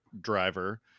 driver